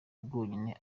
bwonyine